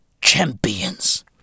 champions